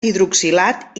hidroxilat